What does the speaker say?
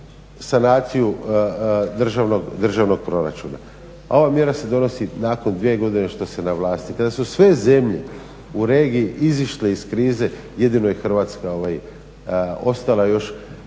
sanaciju državnog proračuna. A ova mjera se donosi nakon dvije godine što se na vlasti. Kada su sve zemlje u regiji izišle iz krize, jedino je Hrvatska ostala još